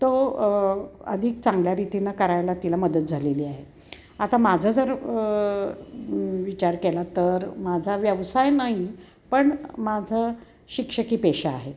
तो अधिक चांगल्या रीतीनं करायला तिला मदत झालेली आहे आता माझं जर विचार केला तर माझा व्यवसाय नाही पण माझं शिक्षकी पेशा आहे